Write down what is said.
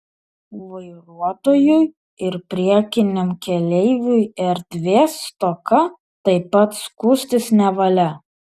vairuotojui ir priekiniam keleiviui erdvės stoka taip pat skųstis nevalia